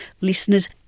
Listeners